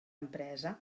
empresa